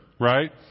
right